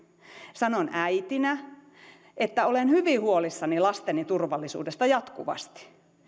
sanon äitinä että olen hyvin huolissani lasteni turvallisuudesta jatkuvasti